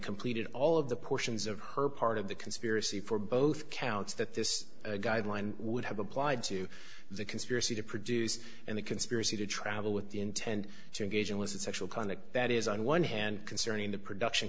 completed all of the portions of her part of the conspiracy for both counts that this guideline would have applied to the conspiracy to produce and the conspiracy to travel with the intent to engage in with sexual conduct that is on one hand concerning the production